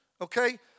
okay